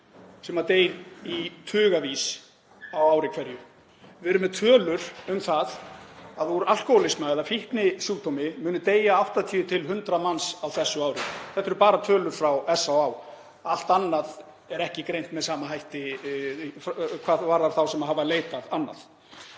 sem deyr í tugavís á ári hverju. Við erum með tölur um það að úr alkóhólisma eða fíknisjúkdómi muni deyja 80–100 manns á þessu ári og þetta eru bara tölur frá SÁÁ. Allt annað er ekki greint með sama hætti hvað varðar þá sem hafa leitað annað.